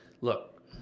Look